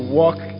walk